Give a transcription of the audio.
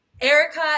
Erica